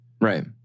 Right